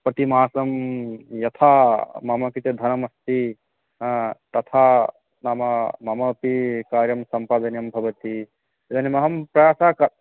प्रतिमासं यथा मम कृते धनमस्ति तथा नाम ममापि कार्यं सम्पादनीयं भवति इदानीमहं प्रायसः क